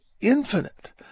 infinite